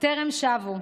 טרם שבו.